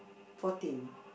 fourteen